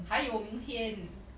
还有明天